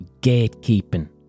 Gatekeeping